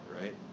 right